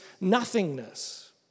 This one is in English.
nothingness